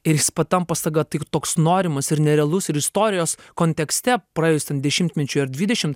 ir jis patampa staiga taik toks norimas ir nerealus ir istorijos kontekste praėjus ten dešimtmečiui ar dvidešimt